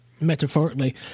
metaphorically